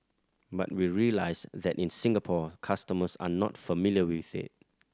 but we realise that in Singapore customers are not familiar with it